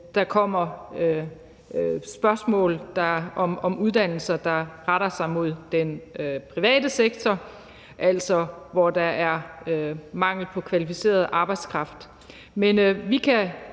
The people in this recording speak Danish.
der kommer spørgsmål om uddannelser, der retter sig mod den private sektor, altså hvor der er mangel på kvalificeret arbejdskraft.